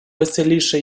веселіше